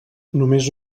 només